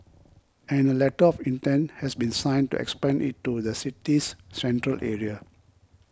and a letter of intent has been signed to expand it to the city's central area